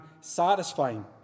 satisfying